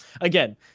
again